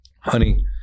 Honey